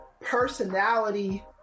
personality